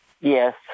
Yes